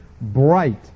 bright